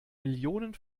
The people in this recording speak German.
millionen